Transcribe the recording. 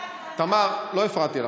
תמר, לא הפרעתי לך.